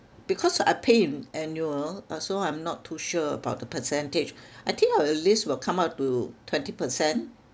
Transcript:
because I pay in annual uh so I'm not too sure about the percentage I think uh at least will come up to twenty percent